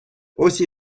ось